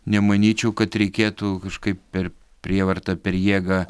nemanyčiau kad reikėtų kažkaip per prievartą per jėgą